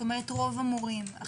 50% מהמורים?